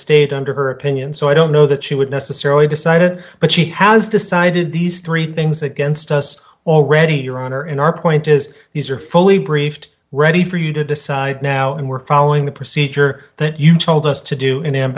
state under her opinion so i don't know that she would necessarily decided but she has decided these three things against us already your honor in our point is these are fully briefed ready for you to decide now and we're following the procedure that you told us to do in am